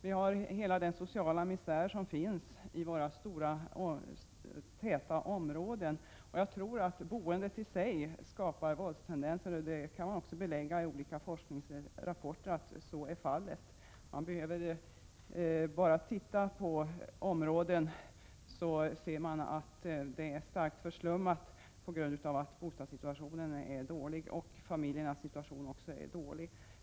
Jag tänker på hela den sociala misär som finns i våra stora tätortsområden. Jag tror att boendet i sig skapar våldstendenser — att så är fallet har också belagts i olika forskningsrapporter. Man kan se att en del områden är starkt förslummade på grund av att bostadssituationen och familjernas situation är dålig.